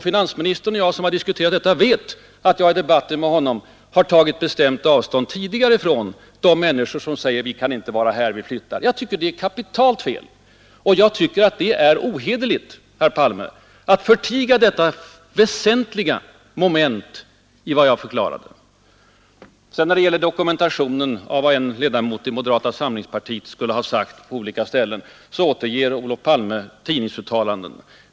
Finansministern och jag som diskuterat detta tidigare vet att jag i debatterna med honom alltid tagit bestämt avstånd från människor som säger att de måste flytta. Jag tycker det är kapitalt fel. Det är ohederligt av herr Palme att förtiga detta väsentliga moment i vad jag sagt När det sedan gäller dokumentationen av vad en ledamot i moderata samlingspartiet skulle ha sagt på olika ställen återger herr Palme tidningsartiklar.